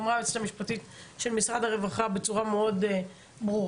אמרה היועצת המשפטית של משרד הרווחה בצורה מאוד ברורה,